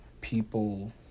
people